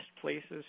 places